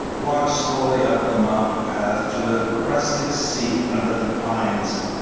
walked slowly up the mountain-path to a rustic seat under the pines.